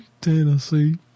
Tennessee